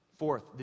Fourth